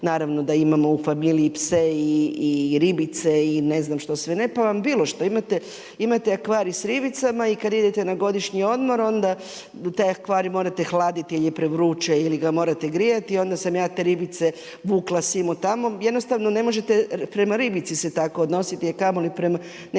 naravno da imamo u familiji pse i ribice i ne znam što sve ne, pa vam bilo što, imate akvarij s ribicama i kada idete na godišnji odmor onda taj akvarij morate hladiti jer je prevruće ili ga morate grijati onda sam ja te ribice vukla simo tamo, jednostavno ne možete prema ribici se tako odnositi, a kamoli prema nečem